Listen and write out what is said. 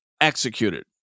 executed